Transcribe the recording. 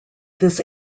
this